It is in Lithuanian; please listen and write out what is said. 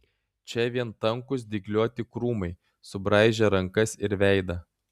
čia vien tankūs dygliuoti krūmai subraižę rankas ir veidą